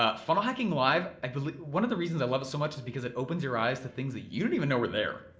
ah funnel hacking live, i believe one of the reasons i love it so much is because it opens your eyes to things that you didn't even know were there.